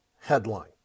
headline